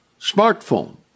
smartphone